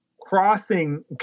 crossing